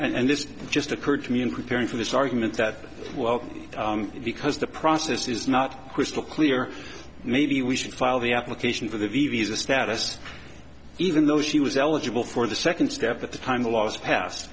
and this just occurred to me in preparing for this argument that well because the process is not crystal clear maybe we should file the application for the evie as a status even though she was eligible for the second step at the time the laws passed